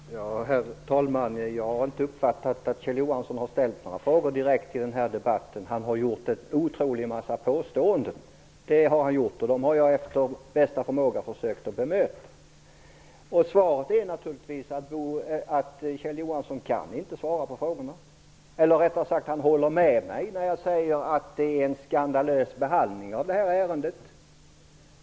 Herr talman! Jag har inte uppfattat att Kjell Johansson har ställt några direkta frågor i den här debatten. Han har kommit med en otrolig mängd påståenden. Efter bästa förmåga har jag försökt bemöta dem. Kjell Johansson kan inte svara på frågorna. Rättare sagt så håller han med mig när jag säger att behandlingen av ärendet är skandalöst.